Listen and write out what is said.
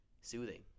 soothing